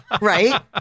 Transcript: right